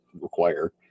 require